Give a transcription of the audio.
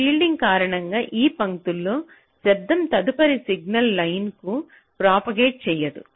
shielding కారణంగా ఈ పంక్తులలోని శబ్దం తదుపరి సిగ్నల్ లైన్కు ప్రాపర్గేట్ చేయదు